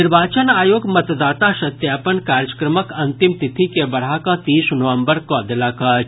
निर्वाचन आयोग मतदाता सत्यापन कार्यक्रमक अंतिम तिथि के बढ़ा कऽ तीस नवम्बर कऽ देलक अछि